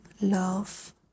love